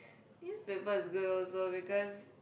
newspaper is good also because